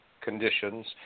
conditions